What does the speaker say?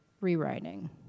rewriting